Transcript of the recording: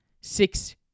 Six